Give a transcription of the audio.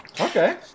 okay